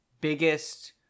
biggest